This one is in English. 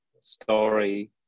story